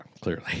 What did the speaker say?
clearly